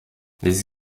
les